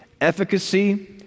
efficacy